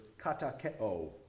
katake'o